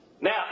Now